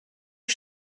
que